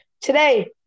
today